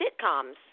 sitcoms